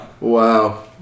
Wow